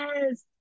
Yes